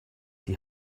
die